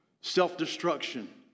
Self-destruction